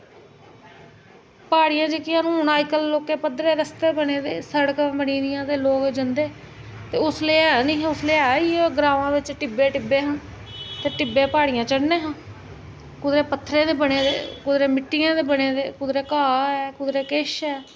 प्हाड़ियां जेह्कियां हून अज्ज कल लोकें पद्दरे रस्ते बने दे सडकां बनी दियां ते लोक जंदे ते उसलै ऐ नेईं हा उसलै एह् इ'यो ग्रांऽ बिच टि'ब्बे टि'ब्बे हे ते टि'ब्बे प्हाड़ियां चढ़ने आं कुतै पत्थरे दे बने दे कुद्धरै मिट्टियै दे बने दे कुद्धरै घाऽ ऐ कुद्धरै किश ऐ